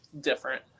different